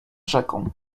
rzeką